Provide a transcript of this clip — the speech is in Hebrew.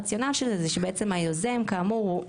הרציונל של זה זה שבעצם היוזם הוא כאמור,